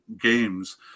games